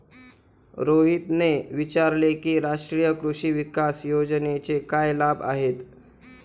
रोहितने विचारले की राष्ट्रीय कृषी विकास योजनेचे काय लाभ आहेत?